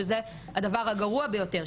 שזה הדבר הגרוע ביותר,